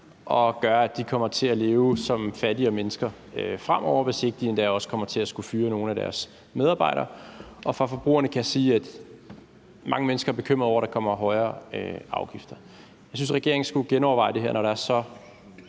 og gør, at de kommer til at leve som fattigere mennesker fremover; de kommer måske endda også til at skulle fyre nogle af deres medarbejdere. Og fra forbrugerne kan jeg sige, at mange mennesker er bekymrede over, at der kommer højere afgifter. Jeg synes, regeringen skulle genoverveje det her, når der er så